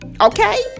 Okay